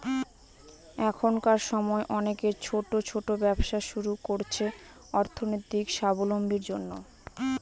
এখনকার সময় অনেকে ছোট ছোট ব্যবসা শুরু করছে অর্থনৈতিক সাবলম্বীর জন্য